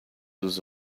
dos